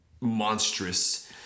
monstrous